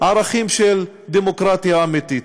ערכים של דמוקרטיה אמיתית.